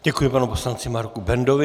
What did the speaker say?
Děkuji panu poslanci Marku Bendovi.